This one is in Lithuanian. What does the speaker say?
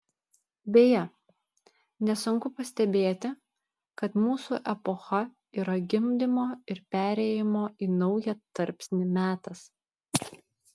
beje nesunku pastebėti kad mūsų epocha yra gimdymo ir perėjimo į naują tarpsnį metas